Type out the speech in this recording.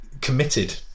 committed